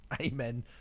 Amen